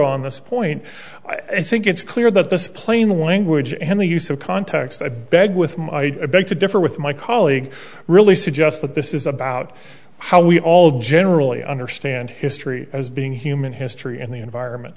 on this point i think it's clear that the plain language and the use of context i beg with my debate to differ with my colleague really suggest that this is about how we all generally understand history as being human history and the environment